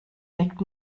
legt